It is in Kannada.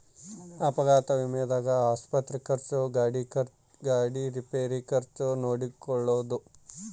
ಅಪಘಾತ ವಿಮೆದಾಗ ಆಸ್ಪತ್ರೆ ಖರ್ಚು ಗಾಡಿ ರಿಪೇರಿ ಖರ್ಚು ನೋಡ್ಕೊಳೊದು